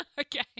Okay